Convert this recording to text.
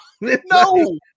No